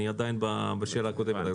אני עדיין בשאלה הקודמת.